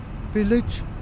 village